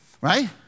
Right